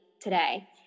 today